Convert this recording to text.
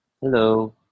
Hello